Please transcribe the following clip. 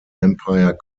empire